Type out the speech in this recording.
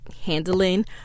handling